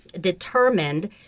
determined